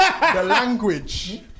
language